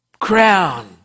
crown